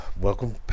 welcome